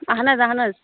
اَہَن حظ اَہَن حظ